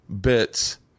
bits